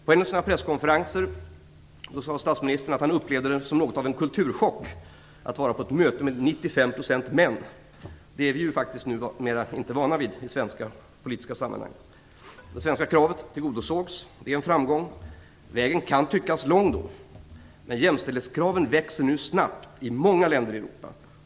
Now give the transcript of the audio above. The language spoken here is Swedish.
På en av sina presskonferenser sade statsministern att han upplevde det som något av en kulturchock att vara på ett möte med 95 % män. Det är vi ju inte vana vid numera i svenska politiska sammanhang. Det svenska kravet tillgodosågs. Det är en framgång. Vägen kan tyckas lång, men jämställdhetskraven växer nu snabbt i många länder i Europa.